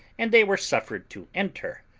and they were suffered to enter.